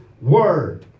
word